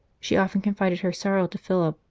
she often confided her sorrow to philip,